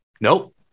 Nope